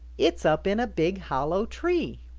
it's up in a big hollow tree.